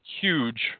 huge